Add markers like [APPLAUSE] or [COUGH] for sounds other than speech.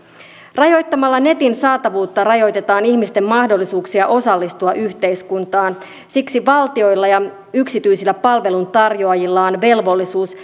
rajoittamalla netin saatavuutta rajoitetaan ihmisten mahdollisuuksia osallistua yhteiskuntaan siksi valtioilla ja yksityisillä palveluntarjoajilla on velvollisuus [UNINTELLIGIBLE]